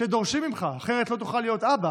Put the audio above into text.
שדורשים ממך, אחרת לא תוכל להיות אבא